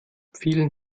vielen